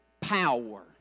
power